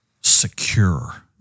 secure